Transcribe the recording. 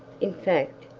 in fact,